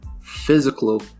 physical